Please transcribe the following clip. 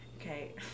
Okay